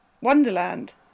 wonderland